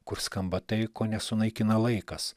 kur skamba tai ko nesunaikina laikas